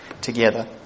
together